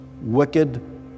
wicked